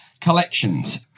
collections